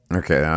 okay